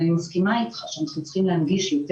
אני מסכימה אתך שאנחנו צריכים להנגיש יותר.